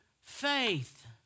faith